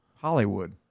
Hollywood